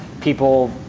people